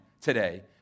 today